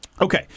Okay